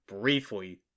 briefly